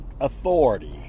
authority